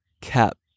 cap